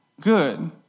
good